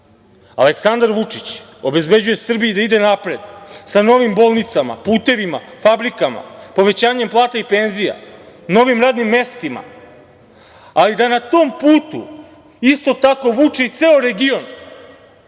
vrata. Aleksandar Vučić obezbeđuje Srbiji da ide napred sa novim bolnicama, putevima, fabrikama, povećanjem plata i penzija, novim radnim mestima, ali da na tom putu isto tako Vučić ceo region,